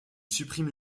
supprime